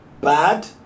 bad